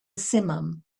simum